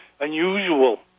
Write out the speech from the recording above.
unusual